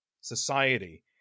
society